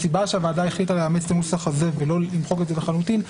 הסיבה שהוועדה החליטה לאמץ את הנוסח הזה ולא למחוק את זה לחלוטין,